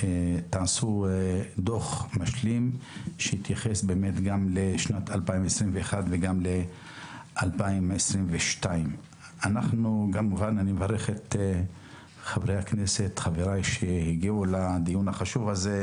שתעשו דוח משלים שיתייחס גם לשנת 2021 וגם לשנת 2022. אני מברך את חברי הכנסת שהגיעו לדיון החשוב הזה,